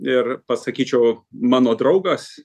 ir pasakyčiau mano draugas